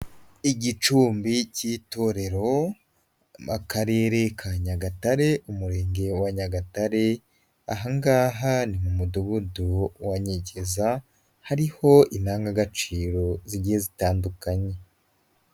Igicumbi cy'itorero mu karere ka Nyagatare Umurenge wa Nyagatare, ahangaha ni mu mudugudu wa Nyegeza, hariho indangagaciro zitandukanye.